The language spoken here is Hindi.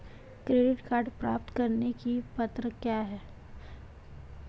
क्रेडिट कार्ड प्राप्त करने की पात्रता क्या है?